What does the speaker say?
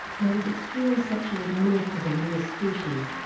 there is extreme sexual dimorphism in this species.